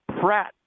Pratt